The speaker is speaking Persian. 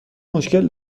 مشکل